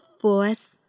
force